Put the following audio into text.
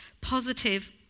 positive